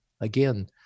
Again